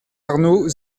arnaud